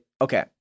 okay